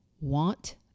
want